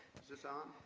this on?